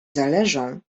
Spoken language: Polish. zależą